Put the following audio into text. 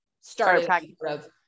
started